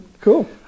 cool